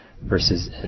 Versus